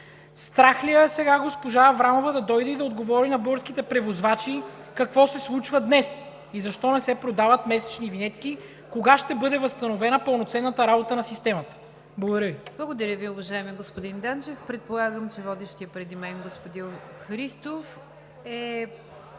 Страх ли я е сега госпожа Аврамова да дойде и да отговори на българските превозвачи какво се случва днес и защо не се продават месечни винетки? Кога ще бъде възстановена пълноценната работа на системата? Благодаря Ви. ПРЕДСЕДАТЕЛ НИГЯР ДЖАФЕР: Благодаря Ви, уважаеми господин Данчев. Предполагам, че водещият преди мен господин Христов е